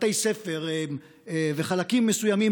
בתי ספר וחלקים מסוימים,